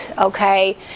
Okay